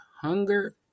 hunger